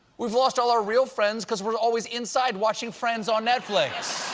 we've lost all our real friends because we're always inside watching friends on netflix!